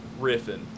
riffing